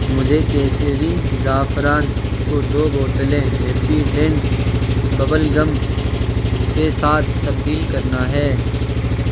مجھے کیسری زعفران کو دو بوتلیں ہیپیڈینٹ ببل گم کے ساتھ تبدیل کرنا ہے